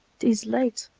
t is late!